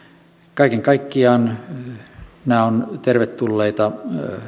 kaiken kaikkiaan nämä ovat tervetulleita